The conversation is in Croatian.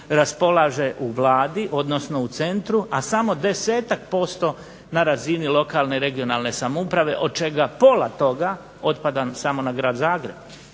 raspolaže u Vladi, odnosno u centru, a samo desetak posto na razini lokalne, regionalne samouprave, od čega pola toga otpada samo na grad Zagreb.